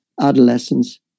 adolescence